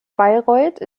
bayreuth